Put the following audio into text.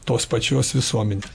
tos pačios visuomenės